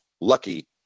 lucky